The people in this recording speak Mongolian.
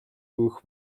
өгөх